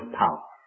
power